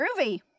Groovy